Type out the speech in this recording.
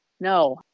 no